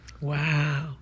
wow